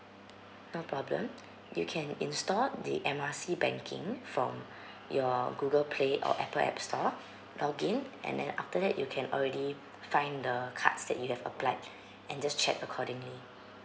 no problem you can install the M R C banking from your google play or apple app store log in and then after that you can already find the cards that you have applied and just check accordingly